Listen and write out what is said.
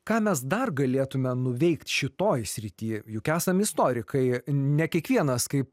ką mes dar galėtume nuveikt šitoj srity juk esam istorikai ne kiekvienas kaip